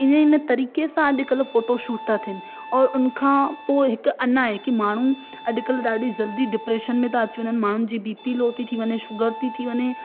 ईअं इन तरीक़े सां अॼुकल्ह फोटोशूट था थियनि और उन खां पोइ हिकु अञा आहे की माण्हू अॼुकल्ह ॾाढी ज़ल्दी डिप्रैशन में था अची वञनि माण्हू जी बिपी लो ती थी वञे शुगर ती थी वञे